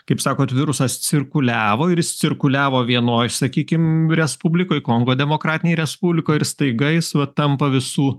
kaip sakoe virusas cirkuliavo ir cirkuliavo vienoj sakykim respublikoj kongo demokratinėj respublikoj ir staiga jis va tampa visų